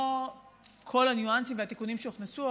לא בכל הניואנסים והתיקונים שהוכנסו,